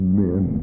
men